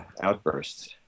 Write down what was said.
outbursts